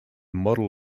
model